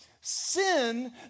sin